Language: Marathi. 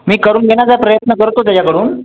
मी करून घेण्याचा प्रयत्न करतो त्याच्याकडून